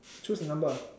choose a number